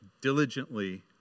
diligently